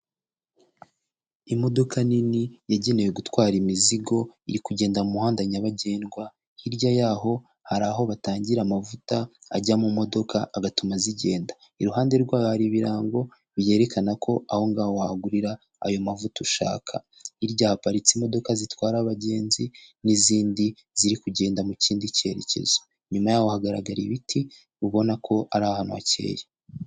Imodoka nini yagenewe gutwara imizigo iri kugenda mu muhanda nyabagendwa, hirya yaho hari aho batangira amavuta ajya mu modoka agatuma zigenda. Iruhande rwayo hari ibirango byerekana ko aho ngaho wahagurira ayo mavuta ushaka. Hirya haparitse imodoka zitwara abagenzi n'izindi ziri kugenda mu kindi cyerekezo. Inyuma yaho hagaragara ibiti ubona ko ari ahantu hakeye.